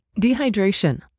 Dehydration